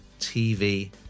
TV